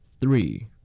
Three